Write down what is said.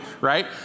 right